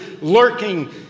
lurking